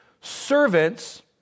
Servants